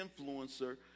influencer